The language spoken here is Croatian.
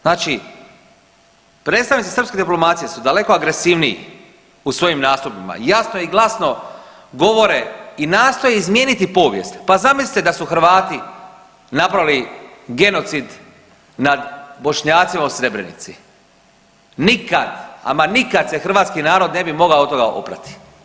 Znači predstavnici srpske diplomacije su daleko agresivniji u svojim nastupima, jasno i glasno govore i nastoje izmijeniti povijest, pa zamislite da su Hrvati napravili genocid nad Bošnjacima u Srebrenici, nikad, ama nikad se hrvatski narod ne bi mogao od toga oprati.